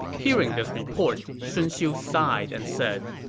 hearing this report, sun xiu sighed and said,